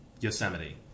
Yosemite